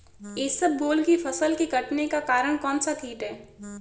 इसबगोल की फसल के कटने का कारण कौनसा कीट है?